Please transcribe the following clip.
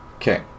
Okay